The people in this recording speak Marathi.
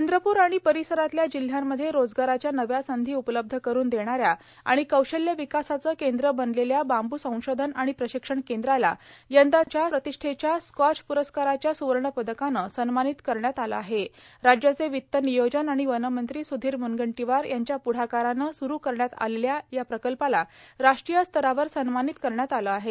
चंद्रपूर आणि परिसरातील जिल्ह्यांमध्ये रोजगाराच्या नव्या संधी उपलब्ध करून देणाऱ्या आणि कौशल्य विकासाचं केंद्र बनलेल्या बांबू संशोधन आणि प्रशिक्षण केंद्राला यंदाचा प्रतिष्ठेच्या स्कॉच प्रस्काराच्या सुवर्ण पदकान सन्मानित करण्यात आले आहेण् राज्याचे वित्त नियोजन आणि वन मंत्री सुधीर म्नगंटीवार यांच्या प्ढाकाराने सुरु करण्यात आलेल्या या प्रकल्पाला राष्ट्रीय स्तरावर सन्मानित करण्यात आलं आहे